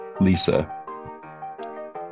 Lisa